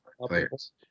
players